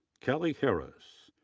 kelly harris,